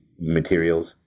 materials